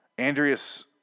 Andreas